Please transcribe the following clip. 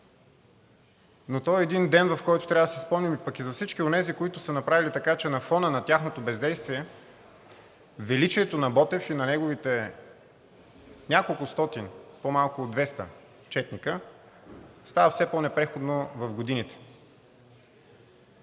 но той е един ден, в който трябва да си спомним и за всички онези, които са направили така, че на фона на тяхното бездействие величието на Ботев и на неговите няколкостотин, по малко от 200 четници, става все по-непреходно в годините.